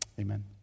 Amen